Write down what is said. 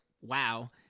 wow